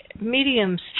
mediums